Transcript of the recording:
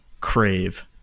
crave